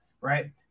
right